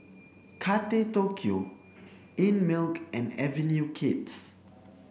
Tokyo Einmilk and Avenue Kids